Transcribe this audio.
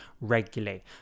regularly